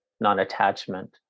non-attachment